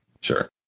Sure